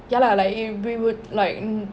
ya lah like we would like